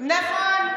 10,000 שקל ועיקלו להם.